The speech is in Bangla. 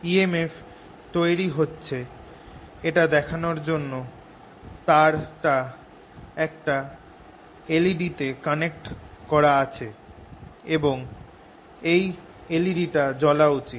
emf তৈরি হচ্ছে এটা দেখানর জন্য তারটা একটা এলইডি তে কানেক্ট করা আছে এবং এই এলইডিটা জ্বলা উচিত